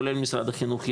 כולל משרד החינוך,